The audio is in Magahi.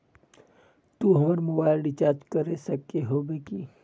तू हमर मोबाईल रिचार्ज कर सके होबे की?